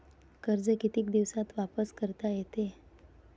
कर्ज कितीक दिवसात वापस करता येते?